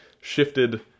shifted